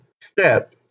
step